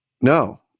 No